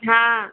हा